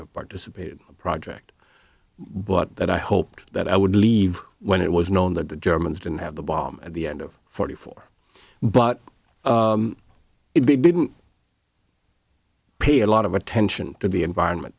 have participated project but that i hoped that i would leave when it was known that the germans didn't have the bomb at the end of forty four but if they didn't pay a lot of attention to the environment